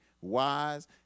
wise